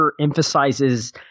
emphasizes